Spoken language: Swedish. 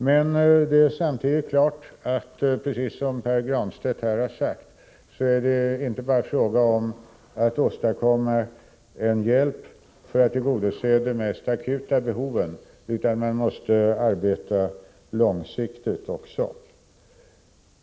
Men det är samtidigt klart att det, precis som Pär Granstedt här har sagt, inte bara är fråga om att åstadkomma en hjälp för att tillgodose de mest akuta behoven, utan man måste också arbeta långsiktigt.